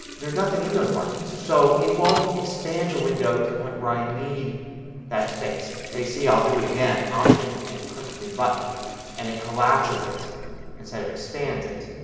there's nothing in those margins. so it won't expand the window to the point where i need that space. you'll see i'll do it again. option and click the green button and it collapses it instead of expands it.